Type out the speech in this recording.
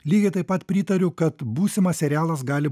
lygiai taip pat pritariu kad būsimas serialas gali